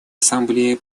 ассамблее